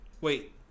wait